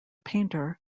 painter